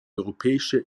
europäische